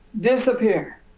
disappear